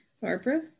Barbara